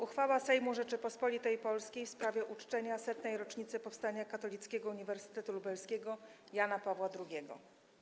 Uchwała Sejmu Rzeczypospolitej Polskiej w sprawie uczczenia 100. rocznicy powstania Katolickiego Uniwersytetu Lubelskiego Jana Pawła II.